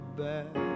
back